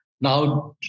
now